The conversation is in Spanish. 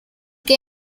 que